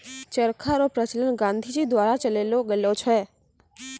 चरखा रो प्रचलन गाँधी जी द्वारा चलैलो गेलो छै